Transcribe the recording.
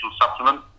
Supplement